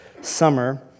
summer